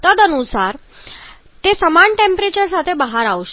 તદનુસાર તે સમાન ટેમ્પરેચર સાથે બહાર આવશે